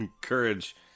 courage